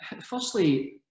firstly